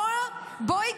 בואי,